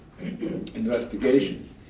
investigation